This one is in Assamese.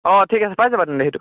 অঁ ঠিক আছে পাই যাবা তেন্তে সেইটো